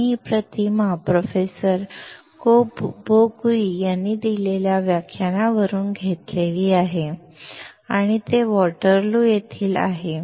आम्ही ही प्रतिमा प्रोफेसर बो कुई यांनी दिलेल्या व्याख्यानावरून घेतली आहे आणि ते वॉटरलू येथील आहेत